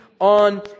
on